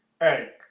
Hey